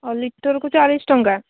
ଲିଟରକୁ ଚାଳିଶ ଟଙ୍କା